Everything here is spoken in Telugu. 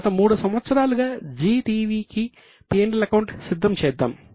గత 3 సంవత్సరాలుగా జీ టీవీకి P L అకౌంట్ సిద్ధం చేద్దాం